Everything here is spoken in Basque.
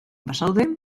bazaude